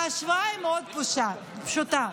ההשוואה היא מאוד פשוטה,